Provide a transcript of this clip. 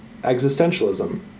Existentialism